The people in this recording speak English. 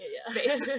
space